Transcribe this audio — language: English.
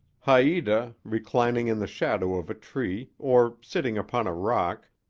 haita, reclining in the shadow of a tree, or sitting upon a rock,